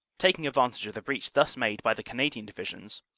taking advantage of the breach thus made by the cana dian divisions,